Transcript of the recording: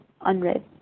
unread